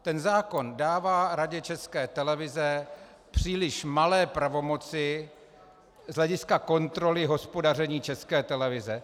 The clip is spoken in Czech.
Ten zákon dává Radě České televize příliš malé pravomoci z hlediska kontroly hospodaření České televize.